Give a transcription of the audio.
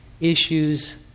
issues